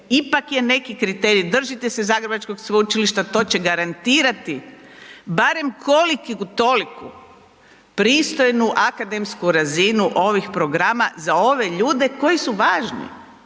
ipak je neki kriterij. Držite se zagrebačkog sveučilišta to će garantirati barem koliku toliku pristojnu akademsku razinu ovih programa za ove ljude koji su važni